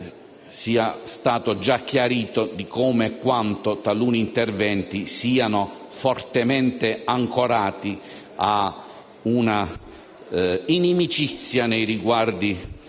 sia stato già chiarito come e quanto taluni interventi siano fortemente ancorati a un'inimicizia nei riguardi